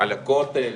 על הכותל,